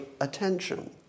attention